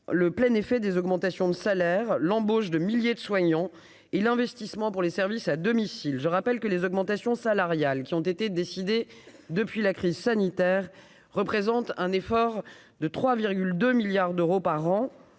le plein effet des augmentations de salaire, l'embauche de milliers de soignants et l'investissement pour les services à domicile, je rappelle que les augmentations salariales qui ont été décidées depuis la crise sanitaire, représente un effort de 3,2 milliards d'euros par an